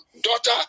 daughter